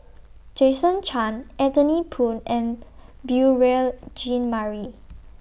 Jason Chan Anthony Poon and Beurel Jean Marie